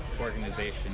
organization